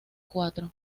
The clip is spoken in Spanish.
cuatro